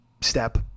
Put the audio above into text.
step